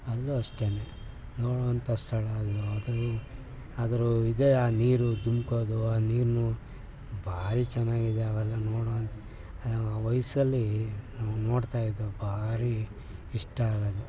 ಅಲ್ಲೂ ಅಷ್ಟೆ ನೋಡುವಂಥ ಸ್ಥಳ ಅದು ಅದು ಅದರ ಇದೆ ಆ ನೀರು ಧುಮುಕೋದು ಆ ನೀರೂ ಭಾರಿ ಚೆನ್ನಾಗಿದೆ ಅವೆಲ್ಲ ನೋಡೋದು ಆ ವಯಸ್ಸಲ್ಲಿ ನಾವು ನೋಡ್ತಾಯಿದ್ದೋ ಭಾರಿ ಇಷ್ಟ ಅದು